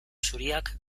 zuriak